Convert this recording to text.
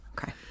Okay